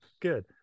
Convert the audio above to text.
good